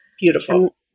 Beautiful